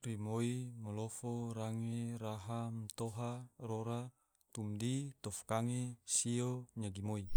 Rimoi, molofo, range, raha, romtoha, rora, tumdi, tufkange, sio, nyagimoi